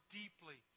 deeply